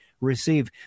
receive